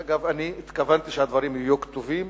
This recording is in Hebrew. אגב, אני התכוונתי שהדברים יהיו כתובים,